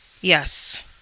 yes